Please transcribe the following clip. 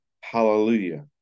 Hallelujah